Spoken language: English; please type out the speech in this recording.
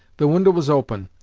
the window was open,